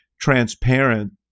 transparent